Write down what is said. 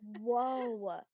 Whoa